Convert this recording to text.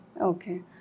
okay